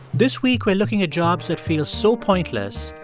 this week, we're looking at jobs that feel so pointless,